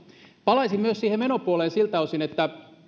palaisin myös siihen menopuoleen siltä osin että